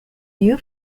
you